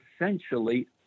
essentially